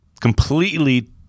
completely